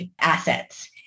assets